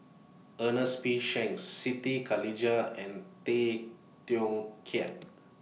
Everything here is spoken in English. Ernest P Shanks Siti Khalijah and Tay Teow Kiat